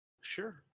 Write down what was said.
Sure